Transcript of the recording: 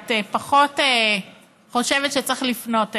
שאת פחות חושבת שצריך לפנות אליהם.